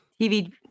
tv